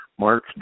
Mark